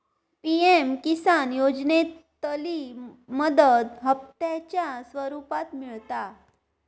PM Kisan योजनेतली मदत हप्त्यांच्या स्वरुपात मिळता